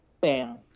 bam